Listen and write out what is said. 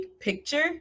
picture